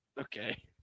okay